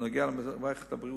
שנוגעים למערכת הבריאות,